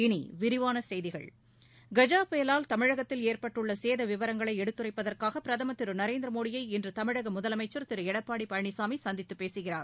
இனி விரிவான செய்திகள் கஜா புயலால் தமிழ்நாட்டில் ஏற்பட்டுள்ள சேத விவரங்களை எடுத்துரைப்பதற்காக பிரதமர் திரு நரேந்திர மோடியை இன்று தமிழக முதலமைச்சர் திரு எடப்பாடி பழனிசாமி சந்தித்துப் பேசுகிறார்